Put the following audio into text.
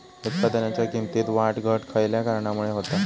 उत्पादनाच्या किमतीत वाढ घट खयल्या कारणामुळे होता?